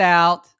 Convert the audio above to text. out